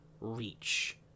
Reach